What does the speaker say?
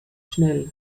schnell